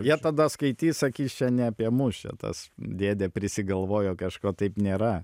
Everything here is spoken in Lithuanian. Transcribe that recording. jie tada skaitys sakys čia ne apie mus čia tas dėdė prisigalvojo kažko taip nėra